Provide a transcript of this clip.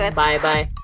bye-bye